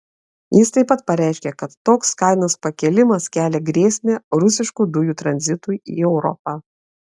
jis taip pat pareiškė kad toks kainos pakėlimas kelia grėsmę rusiškų dujų tranzitui į europą